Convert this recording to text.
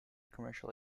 commercial